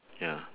ya